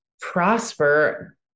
prosper